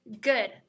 good